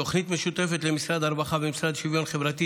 תוכנית משותפת למשרד הרווחה ולמשרד לשוויון חברתי